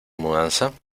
mudanza